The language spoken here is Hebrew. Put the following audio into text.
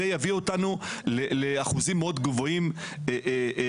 זה יביא אותנו לאחוזים מאוד גבוהים ברישיון.